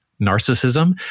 narcissism